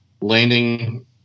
landing